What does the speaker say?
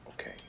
Okay